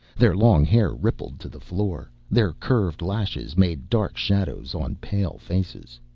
their long hair rippled to the floor, their curved lashes made dark shadows on pale faces.